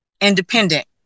independent